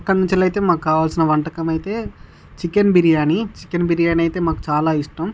అక్కడ నుంచి అయితే మాకు కావాల్సిన వంటకం అయితే చికెన్ బిర్యానీ చికెన్ బిర్యానీ అయితే మాకు చాల ఇష్టం